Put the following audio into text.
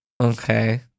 okay